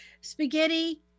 Spaghetti